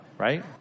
right